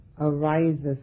arises